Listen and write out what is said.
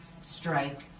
strike